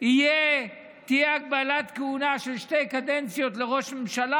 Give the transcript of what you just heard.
תהיה הגבלת כהונה של שתי קדנציות לראש ממשלה